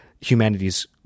humanity's